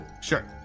Sure